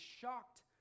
shocked